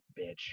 bitch